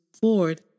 Ford